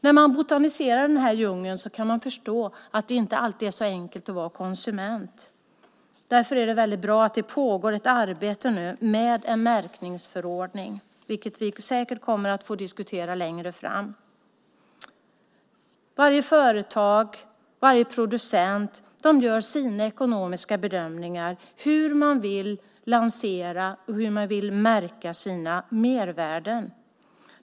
När man botaniserar i den här djungeln kan man förstå att det inte alltid är så enkelt att vara konsument. Därför är det bra att det nu pågår ett arbete med en märkningsförordning, vilket vi säkert kommer att få anledning att diskutera längre fram. Varje företag och varje producent gör sin ekonomiska bedömning av hur man vill lansera och märka sina mervärden.